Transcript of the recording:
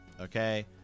Okay